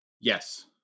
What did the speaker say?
Yes